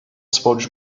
sporcu